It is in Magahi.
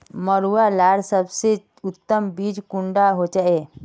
मरुआ लार सबसे उत्तम बीज कुंडा होचए?